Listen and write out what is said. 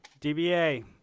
DBA